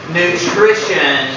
nutrition